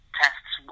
tests